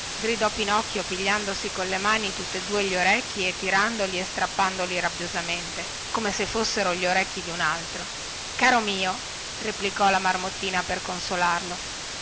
gridò pinocchio pigliandosi con le mani tutte due gli orecchi e tirandoli e strapazzandoli rabbiosamente come se fossero gli orecchi di un altro caro mio replicò la marmottina per consolarlo